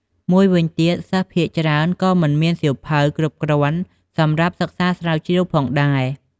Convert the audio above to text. មួយវិញទៀត សិស្សភាគច្រើនក៏មិនមានសៀវភៅគ្រប់គ្រាន់សម្រាប់សិក្សាស្រាវជ្រាវផងដែរ។